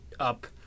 up